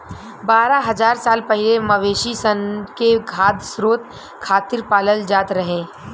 बारह हज़ार साल पहिले मवेशी सन के खाद्य स्रोत खातिर पालल जात रहे